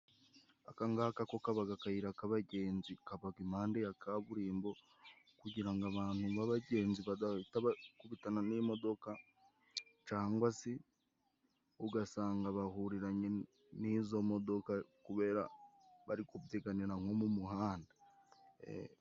Aka ngaka ko kabaga akayira k'abagenzi kabaga impande ya kaburimbo, kugira ngo abantu ba bagenzi badahita bakubitana n'imodoka ,cyangwa se ugasanga bahuriranye n'izo modoka, kubera bari kubyiganira nko mu muhanda.